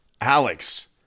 Alex